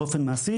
באופן מעשי,